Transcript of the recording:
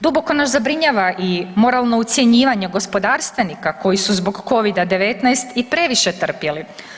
Duboko nas zabrinjava i moralno ucjenjivanje gospodarstvenika koji su zbog Covida-19 i previše trpjeli.